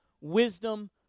wisdom